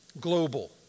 Global